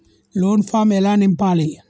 Loan form ఎలా నింపాలి?